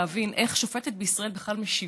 להבין איך שופטת בישראל בכלל משיבה.